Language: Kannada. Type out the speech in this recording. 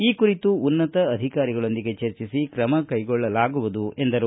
ಈ ಕುರಿತು ಉನ್ನತ ಅಧಿಕಾರಿಗಳೊಂದಿಗೆ ಚರ್ಚಿಸಿ ಕ್ರಮ ಕೈಗೊಳ್ಳಲಾಗುವುದು ಎಂದರು